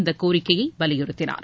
இந்த கோரிக்கையை வலியுறுத்தினார்